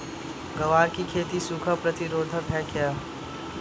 ग्वार की खेती सूखा प्रतीरोधक है क्या?